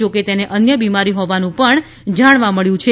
જો કે તેને અન્ય બિમારી હોવાનું જાણવા મળેલ છે